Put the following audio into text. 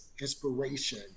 inspiration